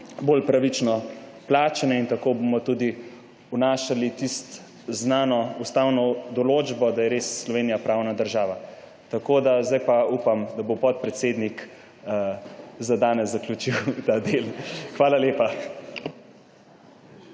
bolj pravično plačane. Tako bomo tudi vnašali tisto znano ustavno določbo, da je res Slovenija pravna država. Zdaj pa upam, da bo podpredsednik za danes zaključil ta del. Hvala lepa.